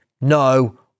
no